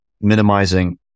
minimizing